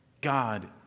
God